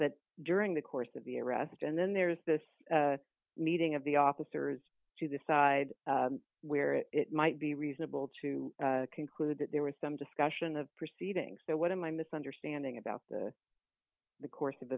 that during the course of the arrest and then there's this meeting of the officers to the side where it might be reasonable to conclude that there was some discussion of proceedings so what am i misunderstanding about the course of